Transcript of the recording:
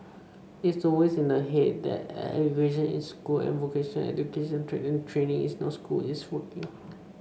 it's always in the head that education is school and vocational education and training is not school it's working